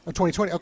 2020